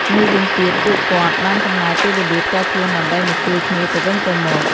មួយវិញទៀតពួកគាត់បានចំណាយពេលវេលាផ្ទាល់ខ្លួនដើម្បីមកជួយគ្នាទៅវិញទៅមក។